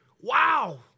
Wow